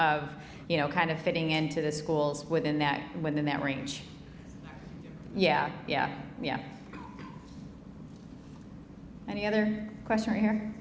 you know kind of fitting into the schools within that within that range yeah yeah yeah and the other question